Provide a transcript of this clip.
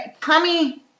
Tommy